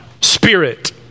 spirit